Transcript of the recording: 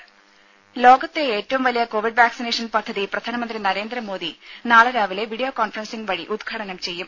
ദേദ ലോകത്തെ ഏറ്റവും വലിയ കോവിഡ് വാക്സിനേഷൻ പദ്ധതി പ്രധാനമന്ത്രി നരേന്ദ്രമോദി നാളെ രാവിലെ വീഡിയോ കോൺഫറൻസിംഗ് വഴി ഉദ്ഘാടനം ചെയ്യും